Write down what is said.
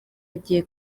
agiye